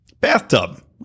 Bathtub